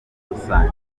rusange